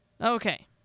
Okay